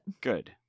Good